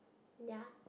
ya